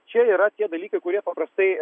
čia yra tie dalykai kurie paprastai